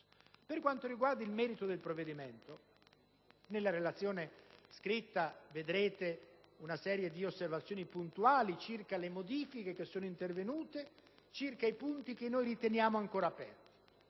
Per quanto riguarda il merito del provvedimento, nella relazione scritta vedrete una serie di osservazioni puntuali circa le modifiche intervenute e i punti che riteniamo ancora aperti.